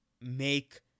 make